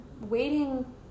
Waiting